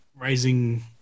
raising